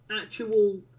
actual